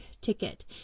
ticket